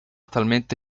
talmente